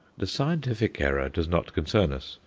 the scientific error does not concern us,